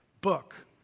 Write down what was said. book